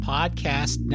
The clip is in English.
Podcast